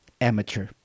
Amateur